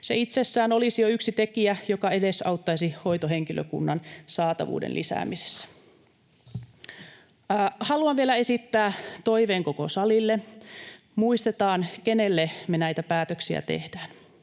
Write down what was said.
Se itsessään olisi jo yksi tekijä, joka edesauttaisi hoitohenkilökunnan saatavuuden lisäämisessä. Haluan vielä esittää toiveen koko salille: muistetaan, kenelle me näitä päätöksiä tehdään.